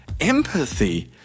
empathy